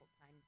time